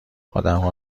آدمها